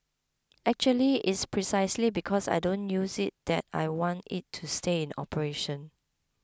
actually it's precisely because I don't use it that I want it to stay in operation